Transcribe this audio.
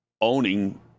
owning